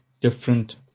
different